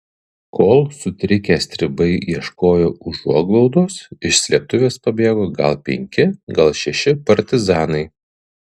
kol sutrikę stribai ieškojo užuoglaudos iš slėptuvės pabėgo gal penki gal šeši partizanai